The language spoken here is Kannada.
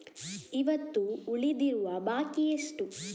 ಇವತ್ತು ಉಳಿದಿರುವ ಬಾಕಿ ಎಷ್ಟು?